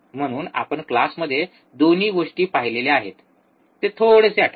म्हणून आपण क्लासमध्ये दोन्ही गोष्टी पाहिल्या आहेत ते थोडेसे आठवा